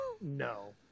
No